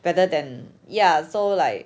better than ya so like